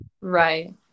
Right